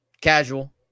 casual